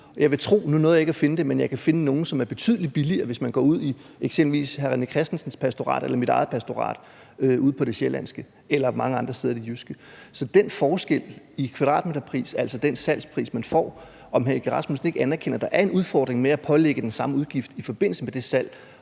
det, men jeg kan finde nogle, som er betydelig billigere, hvis man går ud i eksempelvis hr. René Christensens pastorat eller mit eget pastorat ude i det sjællandske eller mange andre steder i det jyske. Så der er den forskel i kvadratmeterpris, altså den salgspris, man får. Anerkender hr. Søren Egge Rasmussen ikke, at der er en udfordring med at pålægge den samme udgift i forbindelse med det salg,